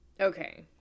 Okay